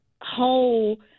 whole